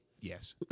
Yes